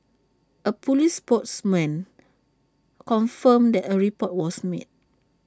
A Police spokesman confirmed that A report was made